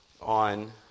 on